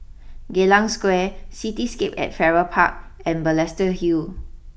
Geylang Square Cityscape at Farrer Park and Balestier Hill